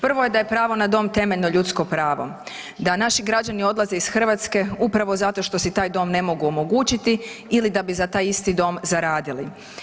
Prvo je da je pravo na dom temeljno ljudsko pravo, da naši građani odlaze iz Hrvatske upravo zato što si taj dom ne mogu omogućiti ili da bi za taj isti dom zaradili.